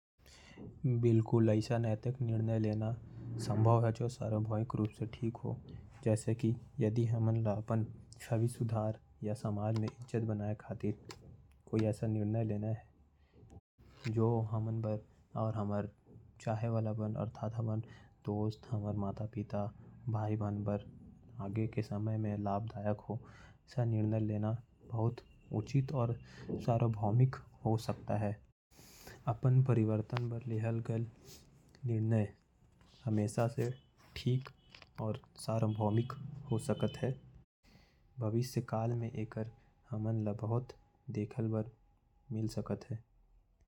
ऐसा नैतिक निर्णय लेना समभाव है जो समाज में इज्जत बना सके। हमन के कोई ऐसा निर्णय लेना है। जो हमर दोस्त मन बर या माता पिता बर आगे के समय में लाभदायक हो। ऐसा निर्णय लेना बहुत मुश्किल है लेकिन लाभकारी भी है। अपन परिवर्तन बर लहल गए निर्णय बहुत अच्छा होयल।